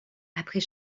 après